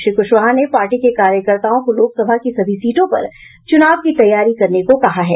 श्री कुशवाहा ने पार्टी के कार्यकर्ताओं को लोक सभा की सभी सीटों पर चूनाव की तैयारी करने को कहा है